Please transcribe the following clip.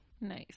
Nice